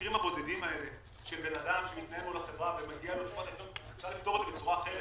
המקרים הבודדים האלה של אדם שמתנהל מול החברה בצורה אחרת.